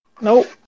Nope